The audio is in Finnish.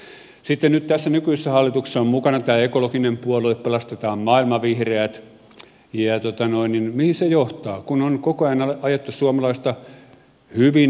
sitten nyt tässä nykyisessä hallituksessa on mukana tämä ekologinen puolue pelastetaan maailma vihreät ja mihin se johtaa kun on koko ajan ajettu suomalaista hyvin valvottua